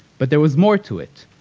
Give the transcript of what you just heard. but there was more to it.